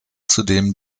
zudem